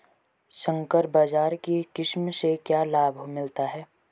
संकर बाजरा की किस्म से क्या लाभ मिलता है?